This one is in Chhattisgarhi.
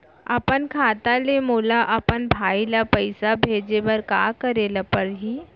अपन खाता ले मोला अपन भाई ल पइसा भेजे बर का करे ल परही?